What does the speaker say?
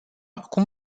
cum